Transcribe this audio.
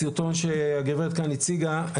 הסרטון שהגברת כאן הציגה,